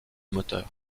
moteurs